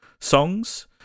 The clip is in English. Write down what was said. songs